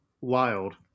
wild